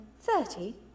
thirty